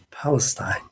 Palestine